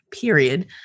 period